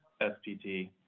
spt